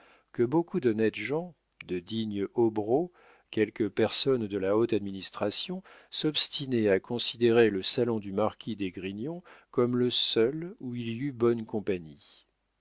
que beaucoup d'honnêtes gens de dignes hobereaux quelques personnes de la haute administration s'obstinaient à considérer le salon du marquis d'esgrignon comme le seul où il y eût bonne compagnie